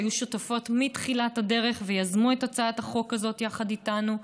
שהיו שותפות מתחילת הדרך ויזמו את הצעת החוק הזאת יחד איתנו,